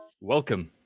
Welcome